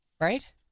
right